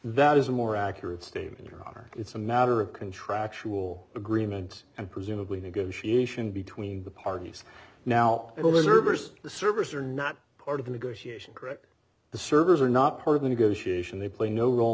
that is a more accurate statement are it's a matter of contractual agreement and presumably negotiation between the parties now it was or versus the servers are not part of the negotiation correct the servers are not part of the negotiation they play no role